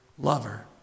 lover